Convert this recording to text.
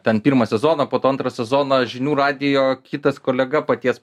ten pirmą sezoną po to antrą sezoną žinių radijo kitas kolega paties